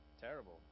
Terrible